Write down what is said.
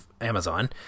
Amazon